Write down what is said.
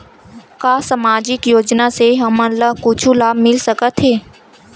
का सामाजिक योजना से हमन ला कुछु लाभ मिल सकत हे?